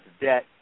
debt